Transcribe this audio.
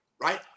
right